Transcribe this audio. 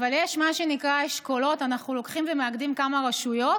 אבל יש מה שנקרא אשכולות: אנחנו לוקחים ומאגדים כמה רשויות